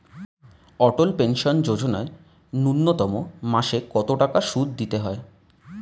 অটল pension Yojana ন্যূনতম মাসে কত টাকা সুধ দিতে হয়?